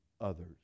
others